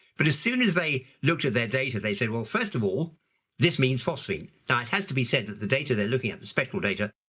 but as soon as they looked at their data, they said well first of all this means phosphine. now it has to be said that the data they're looking at, the spectral data,